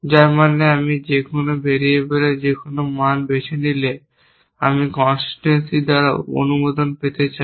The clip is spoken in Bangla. যার মানে আমি যেকোন ভেরিয়েবলের যেকোন মান বেছে নিলে আমি কনসিসটেন্সি দ্বারা অনুমোদিত পেতে চাই